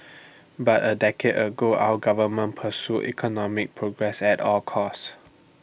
but A decade ago our government pursued economic progress at all costs